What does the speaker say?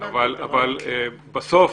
בסוף,